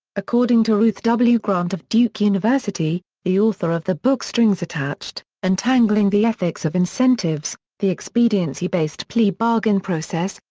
according to ruth w. grant of duke university, the author of the book strings attached untangling the ethics of incentives, the expediency-based plea bargain process,